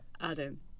Adam